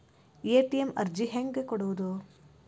ATM ಅರ್ಜಿ ಹೆಂಗೆ ಕೊಡುವುದು?